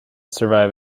survive